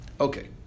Okay